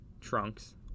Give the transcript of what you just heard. trunks